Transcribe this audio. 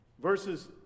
Verses